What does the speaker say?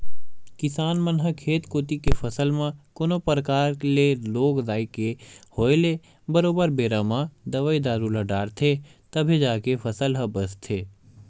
किसान मन ह खेत कोती के फसल म कोनो परकार ले रोग राई के होय ले बरोबर बेरा म दवई दारू ल डालथे तभे जाके फसल ह बचथे